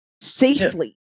safely